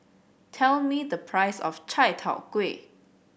tell me the price of Chai Tow Kway